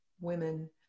women